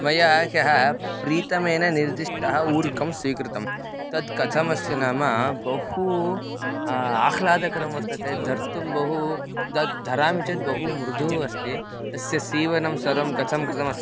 मया ह्यः प्रीतमेन निर्दिष्टः ऊरुकं स्वीकृतं तत् कथमस्ति नाम बहु आह्लादकरं वर्तते धर्तुं बहु तत् धरामि चेत् बहु मृदुः अस्ति तस्य सीवनं सर्वं कथं कृतमस्ति